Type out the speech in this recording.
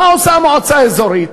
מה עושה המועצה האזורית?